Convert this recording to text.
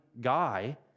guy